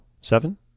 seven